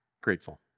grateful